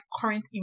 current